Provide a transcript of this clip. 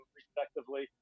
respectively